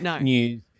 news